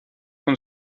von